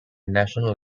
national